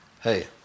Hey